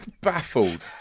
baffled